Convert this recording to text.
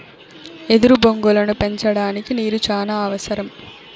ఎదురు బొంగులను పెంచడానికి నీరు చానా అవసరం